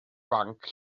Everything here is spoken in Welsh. banc